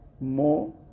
more